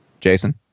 Jason